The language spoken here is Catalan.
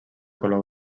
color